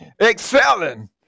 Excelling